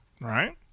Right